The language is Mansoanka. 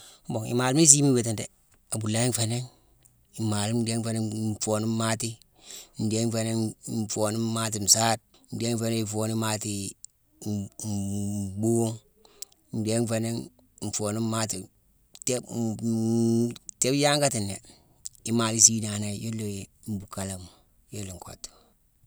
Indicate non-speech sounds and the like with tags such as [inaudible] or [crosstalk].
Mbon imalema isiima iwiitine dé: abulaye nféé nangh, di malema ndhéé nféé nangh-b-nfoone maati, ndhééne nféé nangh-n-nfoone maati nsaade, ndhéé nféé nangh ifooni imaati m- m- mbuugh, ndhéé nféé nangh nfoone maati-téébe [hesitation] téébe yangati né, imale isii naanéye yuna i mbuukalama, yuna nkottu.